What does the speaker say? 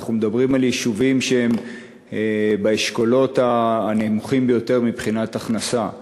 אנחנו מדברים על יישובים שהם באשכולות הנמוכים ביותר מבחינת הכנסה.